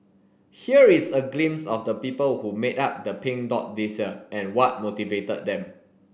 here is a glimpse of the people who made up the Pink Dot this year and what motivated them